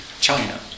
China